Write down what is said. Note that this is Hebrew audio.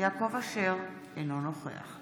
יעקב אשר, אינו נוכח